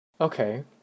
Okay